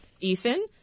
Ethan